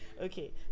Okay